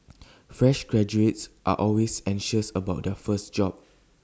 fresh graduates are always anxious about their first job